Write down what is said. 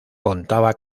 contaba